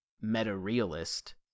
meta-realist